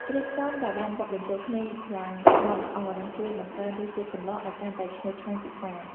គ្រឿងផ្សំដែលបានបុកបញ្ចូលគ្នាយ៉ាងម៉ត់ល្អនឹងជួយបង្កើនរសជាតិសម្លឱ្យកាន់តែឈ្ងុយឆ្ងាញ់ពិសា។